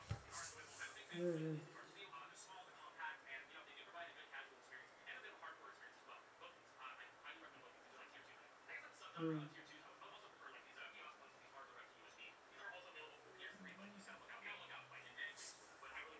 mm mm mm